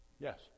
Yes